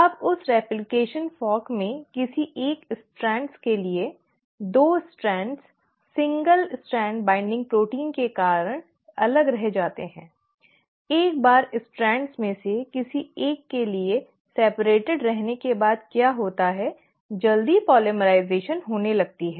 अब उस replication fork में किसी एक स्ट्रैंड के लिए 2 strands single strand binding protein के कारण अलग रह जाते हैं एक बार स्ट्रैंड में से किसी एक के लिए अलग रहने के बाद क्या होता है जल्दी पॉलीमराइजेशन होने लगता है